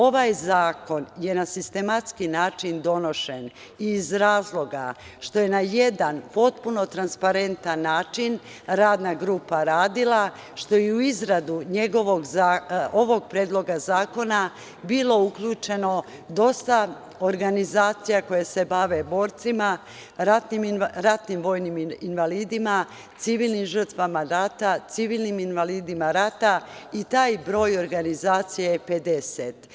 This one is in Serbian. Ovaj zakon je na sistematski način donošen iz razloga što je na jedan potpuno transparentan način radna grupa radila, što je u izradu ovog Predloga zakona bilo uključeno dosta organizacija koje se bave borcima, ratnim vojnim invalidima, civilnim žrtvama rata, civilnim invalidima rata i taj broj organizacija je 50%